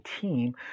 team